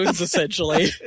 essentially